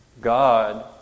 God